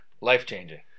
Life-changing